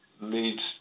leads